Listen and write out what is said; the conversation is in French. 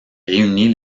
réunit